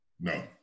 No